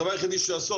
הדבר היחידי שעשו,